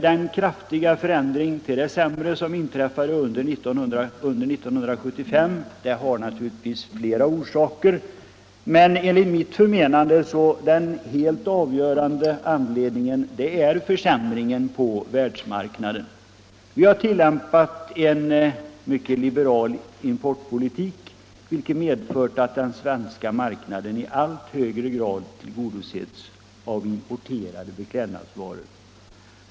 Den kraftiga förändring till det sämre som inträffat under 1975 har naturligtvis flera orsaker, men enligt mitt förmenande är den helt avgörande anledningen försämringen på världsmarknaden. Vi har tillämpat en mycket liberal importpolitik, vilket medfört att den svenska marknaden i allt högre grad tillgodosetts genom importerade beklädnadsvaror.